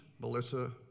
Melissa